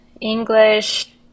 English